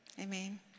Amen